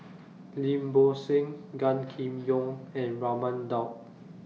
Lim Bo Seng Gan Kim Yong and Raman Daud